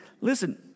listen